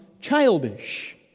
childish